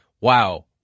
Wow